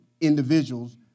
individuals